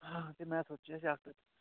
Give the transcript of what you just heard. तां गै में सोचेआ के जागत